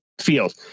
field